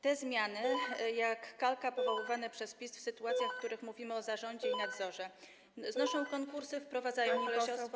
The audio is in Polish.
Te zmiany, jak kalka, wprowadzane przez PiS w sytuacjach, w których mówimy o zarządzie i nadzorze, znoszą konkursy, wprowadzają kolesiostwo.